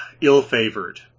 ill-favored